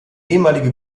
ehemalige